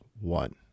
one